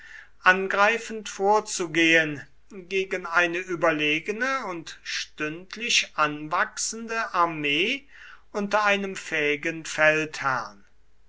angreifend vorzugehen gegen eine überlegene und stündlich anwachsende armee unter einem fähigen feldherrn